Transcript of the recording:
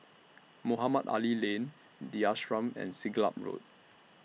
Mohamed Ali Lane The Ashram and Siglap Road